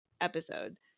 episode